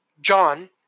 John